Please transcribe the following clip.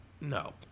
No